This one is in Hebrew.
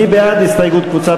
מי בעד ההסתייגויות של קבוצת